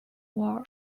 war